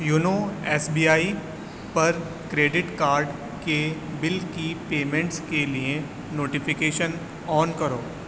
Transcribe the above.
YONO SBI پر credit card کے bill کی پیمنٹس کے لیے نوٹیفیکیشن آن کرو